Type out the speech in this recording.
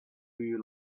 you